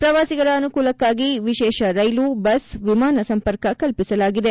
ಪ್ರವಾಸಿಗರ ಅನುಕೂಲಕ್ಕಾಗಿ ವಿಶೇಷ ರೈಲು ಬಸ್ ವಿಮಾನ ಸಂಪರ್ಕ ಕಲ್ಪಿಸಲಾಗಿದೆ